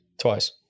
Twice